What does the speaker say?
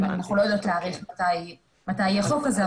אנחנו לא יודעים להעריך מתי יהיה החוק הזה.